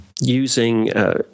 using